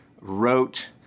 wrote